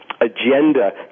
agenda